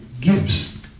gifts